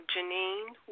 Janine